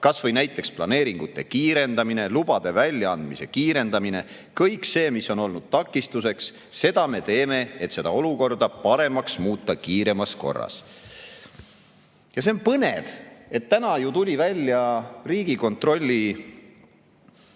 kas või näiteks planeeringute kiirendamine ja lubade väljaandmise kiirendamine – kõik see, mis on olnud takistuseks. Seda kõike me teeme, et muuta olukorda paremaks kiiremas korras."Ja see on põnev. Täna tuli välja Riigikontrolli